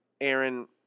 Aaron